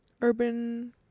Urban